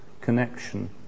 connection